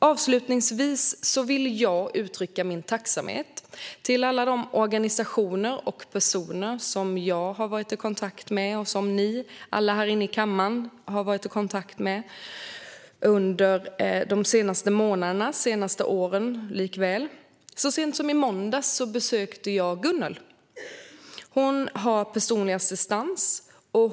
Avslutningsvis vill jag uttrycka min tacksamhet till alla de organisationer och personer som jag har varit i kontakt med och som ni alla här inne i kammaren har varit i kontakt med under de senaste månaderna och åren. Så sent som i måndags besökte jag Gunnel som har personlig assistans.